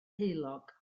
heulog